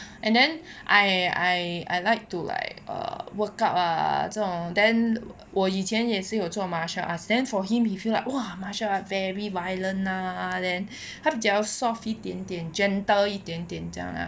and then I I like to like err workout ah 这种 then 我以前也是有做 martial arts then for him he feel like !wah! martial art very violent lah then 他比较 soft 一点点 gentle 一点点这样 lah